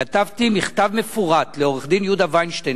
כתבתי מכתב מפורט לעורך-דין יהודה וינשטיין,